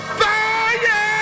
fire